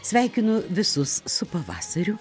sveikinu visus su pavasariu